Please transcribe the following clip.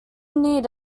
need